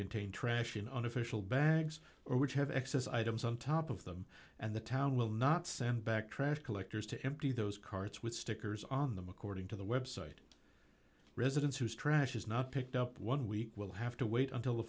contain trash in unofficial bags or which have excess items on top of them and the town will not send back trash collectors to empty those carts with stickers on them according to the website residents whose trash is not picked up one week will have to wait until the